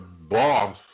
boss